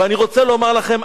ואני רוצה לומר לכם,